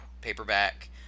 paperback